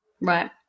Right